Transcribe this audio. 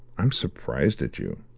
i'm surprised at you.